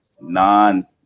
non